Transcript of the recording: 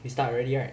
start already right